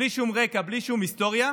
בלי שום רקע ובלי שום היסטוריה,